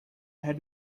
had